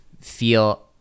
feel